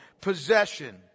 possession